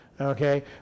Okay